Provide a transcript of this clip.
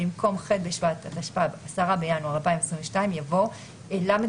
במקום "ח' בשבט התשפ"ב (10 בינואר 2022)" יבוא "ל'